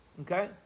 Okay